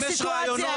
אם יש רעיונות,